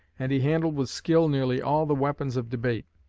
and he handled with skill nearly all the weapons of debate.